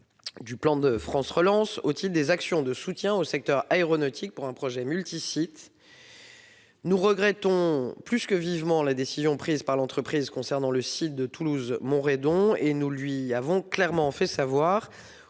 du plan France Relance au titre des actions de soutien au secteur aéronautique pour un projet multi-sites. Nous regrettons vivement la décision prise par l'entreprise concernant le site de Toulouse-Montredon et lui avons clairement fait savoir.